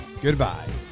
Goodbye